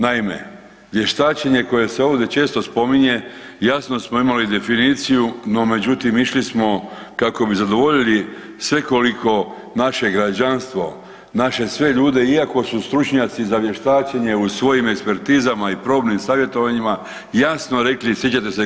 Naime, vještačenje koje se ovdje često spominje jasno smo imali definiciju, no međutim išli smo kako bi zadovoljili svekoliko naše građanstvo, naše sve ljude iako su stručnjaci za vještačenje u svojim ekspertizama i probnim savjetovanjima jasno rekli, sjećate se gđo.